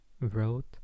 wrote